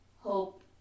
Hope